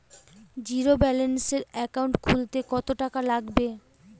জিরোব্যেলেন্সের একাউন্ট খুলতে কত টাকা লাগবে?